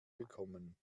bekommen